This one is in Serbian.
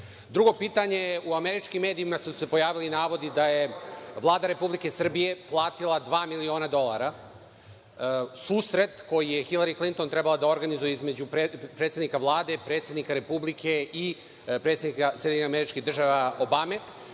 pitanje, u američkim medijima su se pojavili navodi da je Vlada Republike Srbije platila dva miliona dolara susret koji je Hilari Klinton trebala da organizuje između predsednika Vlade, predsednika Republike i predsednika SAD, Obame. Pitanje za